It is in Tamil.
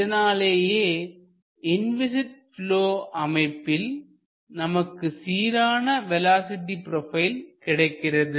இதனாலேயே இன்விஸிட் ப்லொ அமைப்பில் நமக்கு சீரான வேலோஸிட்டி ப்ரொபைல் கிடைக்கிறது